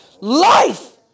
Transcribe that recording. Life